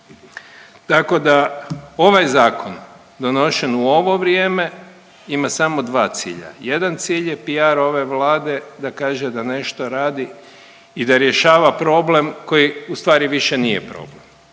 Tako da ovaj zakon donošen u ovo vrijeme ima samo dva cilja. Jedan cilj je PR ove Vlade da kaže da nešto radi i da rješava problem koji u stvari više nije problem.